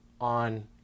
on